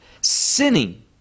sinning